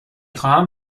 خواهم